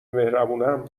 مهربونم